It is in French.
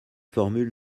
formule